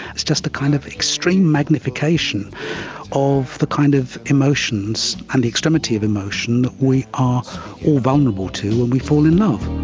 it's just a kind of extreme magnification of the kind of emotions and the extremity of emotion we are all vulnerable to when we fall in love.